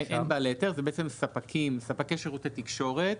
אלה בעצם ספקים, ספקי שירותי תקשורת